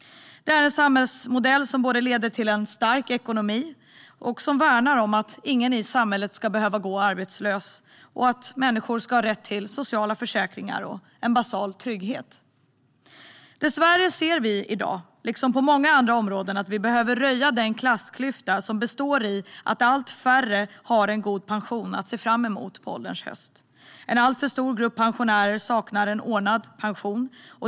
Det är en samhällsmodell som leder till en stark ekonomi och som värnar om att ingen i samhället ska behöva gå arbetslös. Människor ska ha rätt till sociala försäkringar och en basal trygghet. Dessvärre ser vi i dag att vi - liksom på många andra områden - behöver jämna ut den klassklyfta som består i att allt färre har en god pension att se fram emot på ålderns höst. En alltför stor grupp pensionärer saknar en ordnad pension.